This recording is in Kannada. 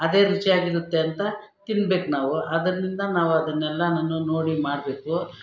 ಅದೇ ರುಚಿಯಾಗಿರುತ್ತೆ ಅಂತ ತಿನ್ಬೇಕು ನಾವು ಅದರಿಂದ ನಾವು ಅದನ್ನೆಲ್ಲನು ನೋಡಿ ಮಾಡಬೇಕು